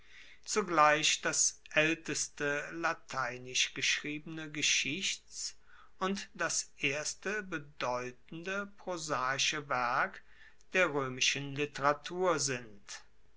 zugleich das aelteste lateinisch geschriebene geschichts und das erste bedeutende prosaische werk der roemischen literatur sind